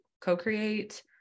co-create